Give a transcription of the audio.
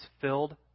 filled